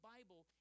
Bible